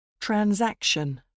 Transaction